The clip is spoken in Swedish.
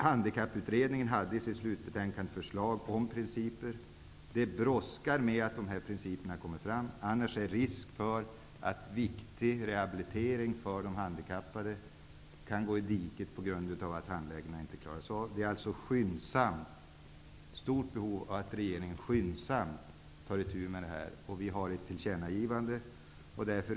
Handikapputredningen lade i sitt slutbetänkande fram förslag om principer, och det brådskar med att fastställa dessa principer annars är det risk för att viktig rehabilitering för de handikappade går snett på grund av att handläggningen inte klaras av. Behovet är alltså stort att regeringen skyndsamt tar itu med detta. Socialdemokraterna har ett tillkännagivande. Herr talman!